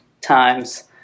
times